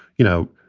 you know,